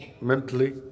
mentally